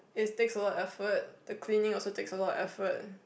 it takes a lot of effort the cleaning also takes a lot of effort